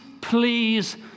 please